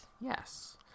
yes